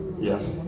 Yes